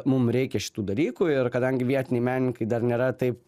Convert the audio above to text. mum reikia šitų dalykų ir kadangi vietiniai menininkai dar nėra taip